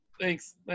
Thanks